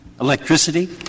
electricity